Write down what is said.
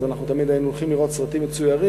אז אנחנו תמיד היינו הולכים לראות סרטים מצוירים,